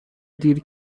دیر